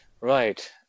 Right